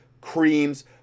creams